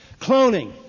Cloning